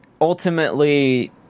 ultimately